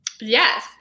Yes